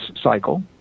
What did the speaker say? cycle